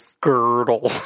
girdle